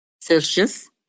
Celsius